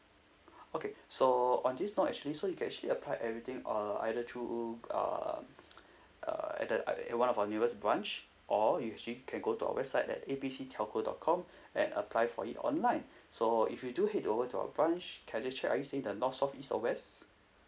okay so on this no actually so you can actually apply everything uh either through uh uh at the uh at one of our nearest branch or you actually can go to our website at A B C telco dot com and apply for it online so if you do head over to our branch can I just check are you staying in the north south east or west